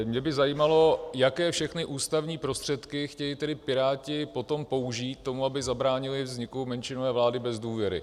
Mě by zajímalo, jaké všechny ústavní prostředky chtějí tedy Piráti potom použít k tomu, aby zabránili vzniku menšinové vlády bez důvěry.